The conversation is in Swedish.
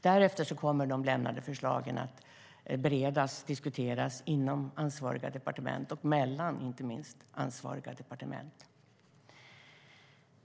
Därefter kommer de avlämnade förslagen att beredas och diskuteras inom ansvariga departement och inte minst mellan ansvariga departement.